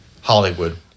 Hollywood